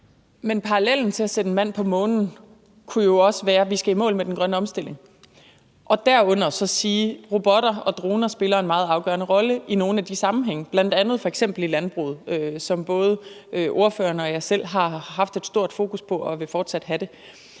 Parallellen til at sætte en mand på månen kunne jo også være, at vi skal i mål med den grønne omstilling, og derunder kunne vi sige, at robotter og droner spiller en meget afgørende rolle i nogle af de sammenhænge, f.eks. i landbruget, som både ordføreren og jeg selv har haft og fortsat vil have et